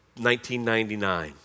1999